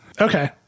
Okay